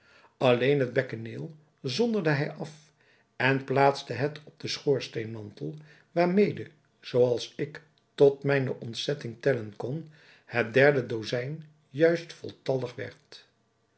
alleen het bekkeneel zonderde hij af en plaatste het op den schoorsteenmantel waarmede zoo als ik tot mijne ontzetting tellen kon het derde dozijn juist voltallig